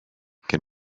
can